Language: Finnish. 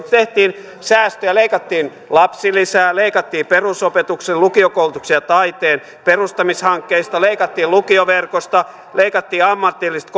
tehtiin säästöjä leikattiin lapsilisää leikattiin perusopetuksen lukiokoulutuksen ja taiteen perustamishankkeista leikattiin lukioverkosta leikattiin ammatillisesta